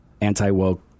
anti-woke